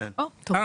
תודה